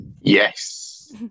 Yes